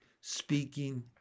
speaking